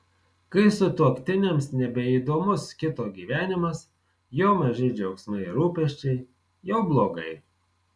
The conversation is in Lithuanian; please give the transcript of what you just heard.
kai sutuoktiniams nebeįdomus kito gyvenimas jo maži džiaugsmai ir rūpesčiai jau blogai